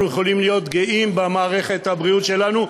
אנחנו יכולים להיות גאים במערכת הבריאות שלנו,